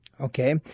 Okay